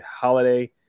holiday